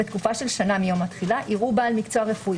בתקופה של שנה מיום התחילה יראו בעל מקצוע רפואי